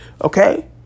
Okay